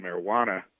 marijuana